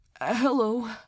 hello